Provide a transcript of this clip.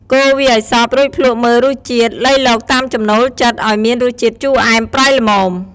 កូរវាឱ្យសព្វ រួចភ្លក្សមើលរសជាតិ លៃលកតាមចំណូលចិត្តឱ្យមានរសជាតិជូរអែម ប្រៃល្មម។